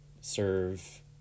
serve